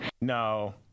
No